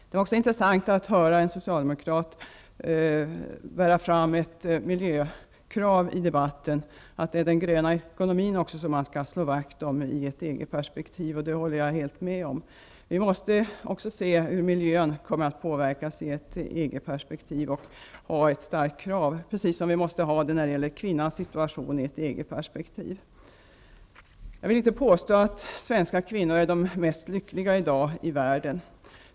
Det är också intressant att höra en socialdemokrat bära fram ett miljökrav i debatten. Man skall slå vakt om den gröna ekonomin också i ett EG perspektiv. Det håller jag med om helt. Vi måste också se hur miljön kommer att påverkas i ett EG perspektiv. Där måste vi ha ett starkt krav, precis som när det gäller kvinnans situation. Jag vill inte påstå att svenska kvinnor i dag är lyckligast i världen.